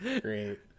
Great